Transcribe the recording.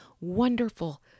wonderful